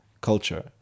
culture